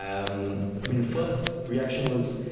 um the first reaction was,